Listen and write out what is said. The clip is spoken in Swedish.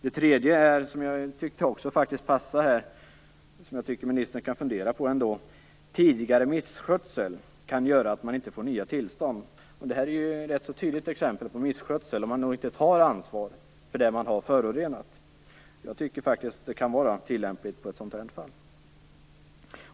Det tredje, som jag faktiskt tycker passar in och som jag tycker att ministern kan fundera på, är att tidigare misskötsel kan göra att man inte får nya tillstånd. Det är ett rätt tydligt exempel på misskötsel om man inte tar ansvar för det som man har förorenat. Jag tycker faktiskt att det kan vara tillämpligt i ett sådant här fall.